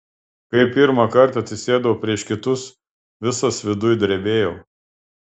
kai pirmą kartą atsisėdau prieš kitus visas viduj drebėjau